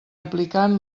aplicant